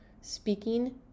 speaking